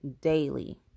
daily